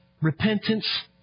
repentance